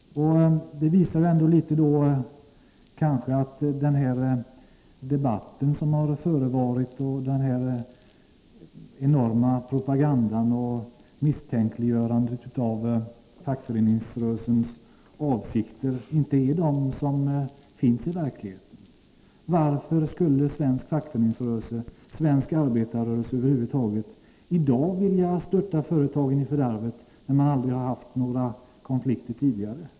Det visar kanske att debatten som förevarit och den enorma propagandan och misstänkliggörandet av fackföreningsrörelsen egentligen inte har något underlag i verkligheten. Varför skulle svensk fackföreningsrörelse, svensk arbetarrörelse över huvud taget i dag vilja störta företagen i fördärvet när man aldrig har haft konflikter tidigare?